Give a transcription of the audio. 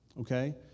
Okay